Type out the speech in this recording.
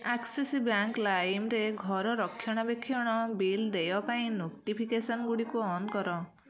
Axis bank ଲାଇମ୍ରେ ଘର ରକ୍ଷଣାବେକ୍ଷଣ ବିଲ୍ ଦେୟ ପାଇଁ ନୋଟିଫିକେସନ୍ଗୁଡ଼ିକୁ ଅନ୍ କର